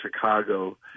Chicago